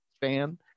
fan